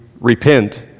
repent